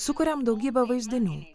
sukuriam daugybę vaizdinių